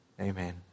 Amen